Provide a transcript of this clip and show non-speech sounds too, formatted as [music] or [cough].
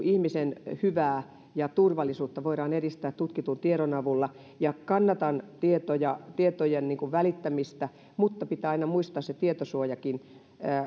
[unintelligible] ihmisen hyvää ja turvallisuutta voidaan edistää tutkitun tiedon avulla ja kannatan tietojen välittämistä mutta pitää aina muistaa se tietosuojakin